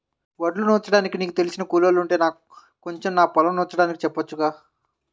వడ్లు నూర్చడానికి నీకు తెలిసిన కూలోల్లుంటే కొంచెం నా పొలం నూర్చడానికి చెప్పొచ్చుగా